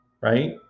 Right